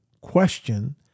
question